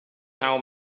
how